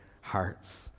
hearts